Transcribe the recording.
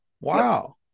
Wow